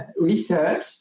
research